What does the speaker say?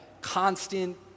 constant